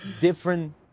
different